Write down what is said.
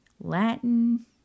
Latin